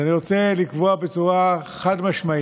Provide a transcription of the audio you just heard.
אותם מהממשלה